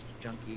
Junkie